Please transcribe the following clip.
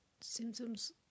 symptoms